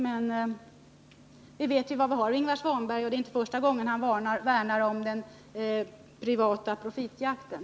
Vi vet emellertid var vi har Ingvar Svanberg, och det är inte första gången han värnar om den privata profitjakten.